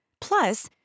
Plus